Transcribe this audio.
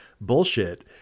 bullshit